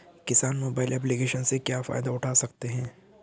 किसान mobile application से क्या फायदा उठा सकता है?